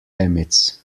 emits